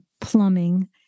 plumbing